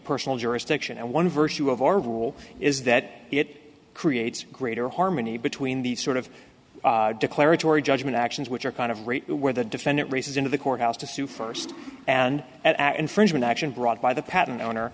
personal jurisdiction and one virtue of our rule is that it creates greater harmony between these sort of declaratory judgment actions which are kind of rape where the defendant races into the court house to sue first and at infringement action brought by the patent owner